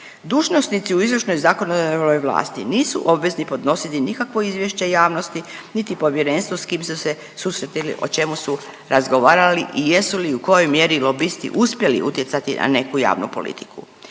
Dužnosnici u izvršnoj i zakonodavnoj vlasti nisu obvezni podnositi nikakvo izvješće javnosti, niti povjerenstvu s kim su se susretali, o čemu su razgovarali i jesu li i u kojoj mjeri lobisti uspjeli utjecati na neku javnu politiku.